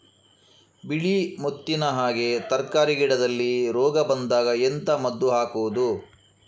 ಬಿಳಿ ಮುತ್ತಿನ ಹಾಗೆ ತರ್ಕಾರಿ ಗಿಡದಲ್ಲಿ ರೋಗ ಬಂದಾಗ ಎಂತ ಮದ್ದು ಹಾಕುವುದು?